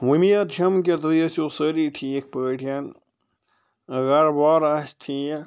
اُمید چھیٚم کہِ تُہۍ ٲسِو سٲری ٹھیٖک پٲٹھۍ گھرٕ بار آسہِ ٹھیٖک